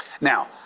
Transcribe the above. Now